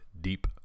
deep